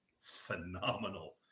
phenomenal